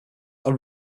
are